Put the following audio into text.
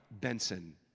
Benson